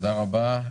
תודה רבה.